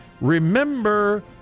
remember